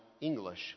English